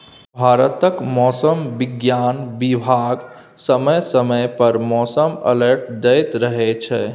भारतक मौसम बिज्ञान बिभाग समय समय पर मौसम अलर्ट दैत रहै छै